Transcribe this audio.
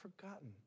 forgotten